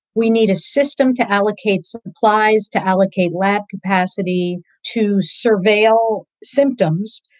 we need a system to allocate supplies, to allocate lab capacity to surveil symptoms.